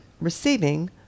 receiving